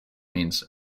means